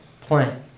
plan